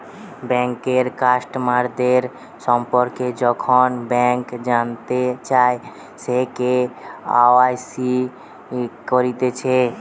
বেঙ্কের কাস্টমারদের সম্পর্কে যখন ব্যাংক জানতে চায়, সে কে.ওয়াই.সি করতিছে